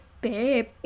Babe